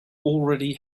already